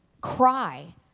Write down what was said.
cry